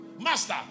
Master